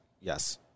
yes